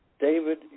David